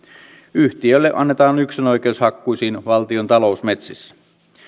yhtiölle annetaan yksinoikeus hakkuisiin valtion talousmetsissä